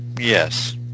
Yes